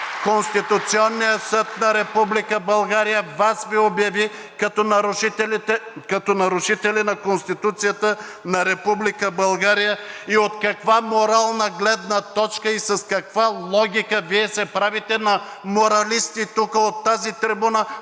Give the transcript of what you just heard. Конституционният съд на Република България Вас Ви обяви като нарушители на Конституцията на Република България. От каква морална гледна точка и с каква логика Вие се правите на моралисти тук от тази трибуна,